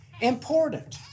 important